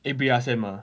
A_B_R_S_M ah